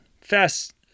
Fast